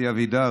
אלי אבידר,